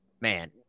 man